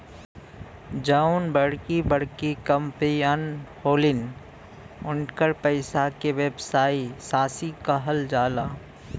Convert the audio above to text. जउन बड़की बड़की कंपमीअन होलिन, उन्कर पइसा के व्यवसायी साशी कहल जाला